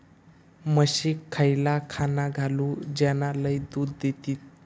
म्हशीक खयला खाणा घालू ज्याना लय दूध देतीत?